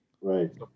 Right